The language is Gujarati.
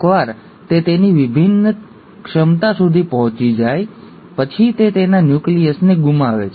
એકવાર તે તેની વિભિન્ન ક્ષમતા સુધી પહોંચી જાય પછી તે તેના ન્યુક્લિયસને ગુમાવે છે